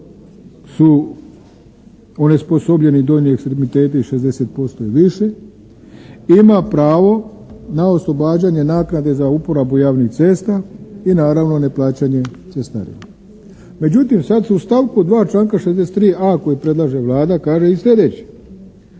su onesposobljeni donji ekstremiteti 60% i više ima pravo na oslobađanje naknade za uporabu javnih cesta i naravno neplaćanje cestarina. Međutim sad se u stavku 2. članka 63.a koji predlaže Vlada kaže i sljedeće.